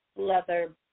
leather